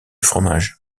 fromage